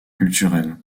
culturel